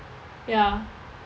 ya